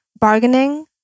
bargaining